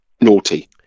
Naughty